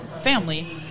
family